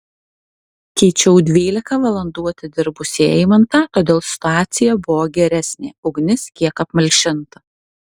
keičiau dvylika valandų atidirbusį eimantą todėl situacija buvo geresnė ugnis kiek apmalšinta